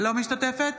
אינה משתתפת